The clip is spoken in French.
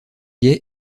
gaie